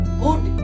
good